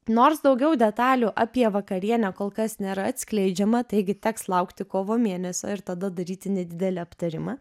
nors daugiau detalių apie vakarienę kol kas nėra atskleidžiama taigi teks laukti kovo mėnesio ir tada daryti nedidelį aptarimą